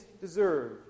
deserve